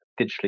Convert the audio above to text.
digitally